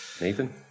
Nathan